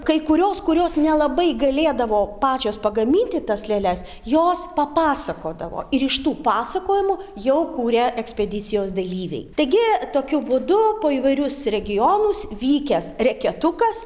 kai kurios kurios nelabai galėdavo pačios pagaminti tas lėles jos papasakodavo ir iš tų pasakojimų jau kūrė ekspedicijos dalyviai taigi tokiu būdu po įvairius regionus vykęs reketukas